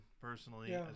personally